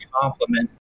compliment